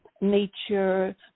nature